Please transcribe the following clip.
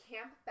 Camp